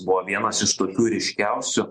buvo vienas iš tokių ryškiausių